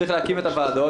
צריך להקים את הוועדות,